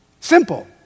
Simple